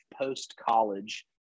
post-college